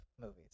movies